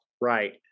Right